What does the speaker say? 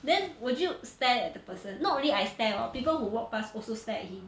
then would you stare at the person not only I stare hor people who walk pass also stare at him